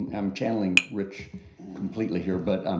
i'm channeling rich completely here but,